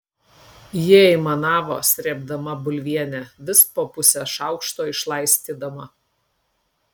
ji aimanavo srėbdama bulvienę vis po pusę šaukšto išlaistydama